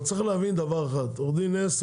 אבל צריך להבין דבר אחד: עו"ד נס,